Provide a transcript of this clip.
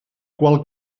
qual